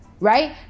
Right